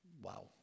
Wow